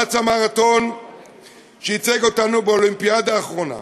רץ המרתון שייצג אותנו באולימפיאדה האחרונה